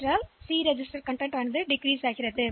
எனவே இந்த தோற்றத்திற்குப் பிறகு இந்த வழி போட்டியிடுகிறது